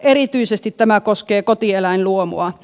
erityisesti tämä koskee kotieläinluomua